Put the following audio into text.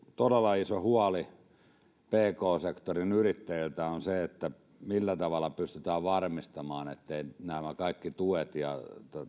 todella iso huoli on tullut pk sektorin yrittäjiltä siitä millä tavalla pystytään varmistamaan etteivät nämä kaikki tuet ja